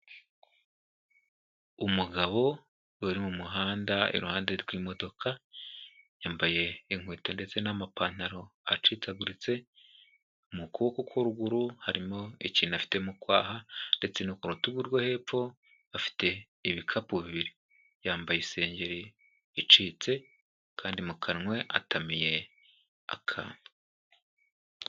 Umugabo uri mu muhanda iruhande rw'imodoka, yambaye inkweto ndetse n'amapantaro acikaguritse, mu kuboko ko ruguru harimo ikintu afite mu kwaha ndetse n'uko ku rutugu rwo hepfo afite ibikapu bibiri, yambaye isengeri icitse kandi mu kanwa atamiye akantu.